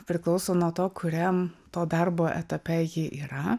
priklauso nuo to kuriam to darbo etape ji yra